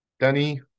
Danny